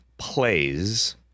plays